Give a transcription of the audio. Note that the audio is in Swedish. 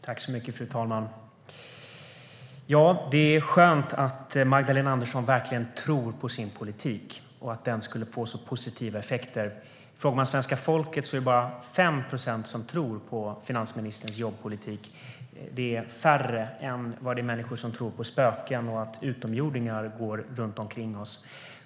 Fru talman! Det är skönt att Magdalena Andersson verkligen tror på sin politik och att den skulle få så positiva effekter. Frågar man svenska folket är det bara 5 procent som tror på finansministerns jobbpolitik. Det är färre än de som tror på spöken och att utomjordingar går runt omkring oss.